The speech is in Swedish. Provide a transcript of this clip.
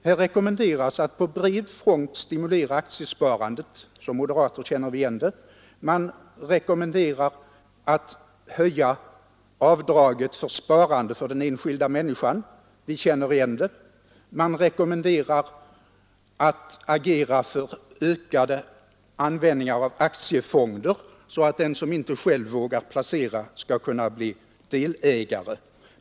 Här rekommenderas att på bred front stimulera aktiesparandet — vi moderater känner igen det. Man rekommenderar en höjning av avdraget för sparande för den enskilda människan — vi känner igen det. Man rekommenderar att gynna tillkomsten av aktiefonder, där den som inte själv vågar placera skall kunna bli delägare.